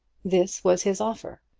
this was his offer.